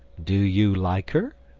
do you like her?